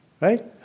Right